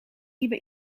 nieuwe